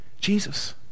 jesus